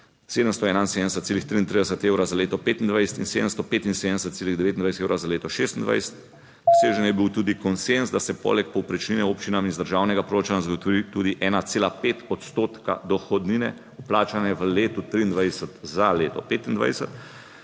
771,33 Evra za leto 2025 in 775,29 evra za leto 2026. Dosežen je bil tudi konsenz, da se poleg povprečnine občinam iz državnega proračuna zagotovi tudi 1,5 odstotka dohodnine vplačane v letu 2023 za leto 2025